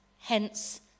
hence